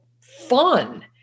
fun